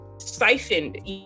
siphoned